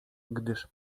gdyż